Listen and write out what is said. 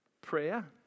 prayer